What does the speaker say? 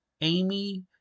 Amy